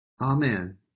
Amen